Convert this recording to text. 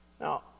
Now